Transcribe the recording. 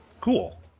cool